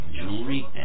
jewelry